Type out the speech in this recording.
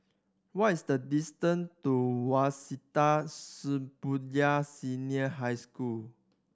what is the distance to Waseda Shibuya Senior High School